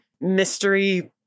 mystery